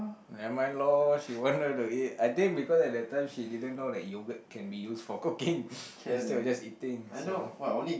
never mind loh she wanted to eat I think because at that time she didn't know that yogurt can be used for cooking instead of just eating so